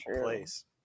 place